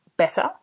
better